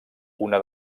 una